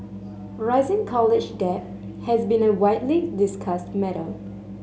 rising college debt has been a widely discussed matter